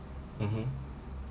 mmhmm